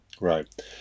Right